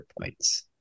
points